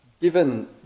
given